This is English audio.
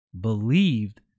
believed